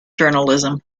journalism